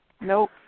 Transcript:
nope